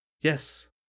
yes